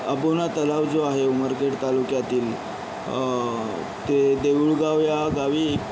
अबोना तलाव जो आहे उमरखेड तालुक्यातील ते देऊळगांव या गावी